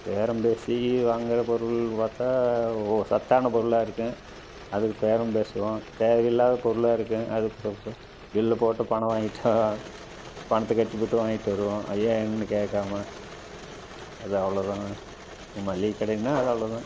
பேரம் பேசி வாங்கிற பொருள் பார்த்தா கோ சத்தான பொருளாக இருக்கும் அதுக்கு பேரம் பேசுவோம் தேவையில்லாத பொருளாக இருக்கும் அதுக்கு பில்லை போட்டு பணம் வாங்கிவிட்டா பணத்தை கட்டி விட்டு வாங்கிவிட்டு வருவோம் அது ஏன் என்னென்னு கேட்காம அது அவ்வளோ தான் மளிகை கடைனால் அது அவ்வளோ தான்